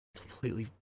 Completely